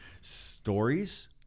stories